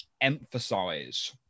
emphasize